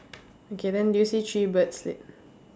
okay then do you see three birds l~